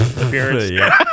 appearance